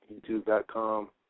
youtube.com